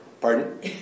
Pardon